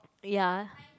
ya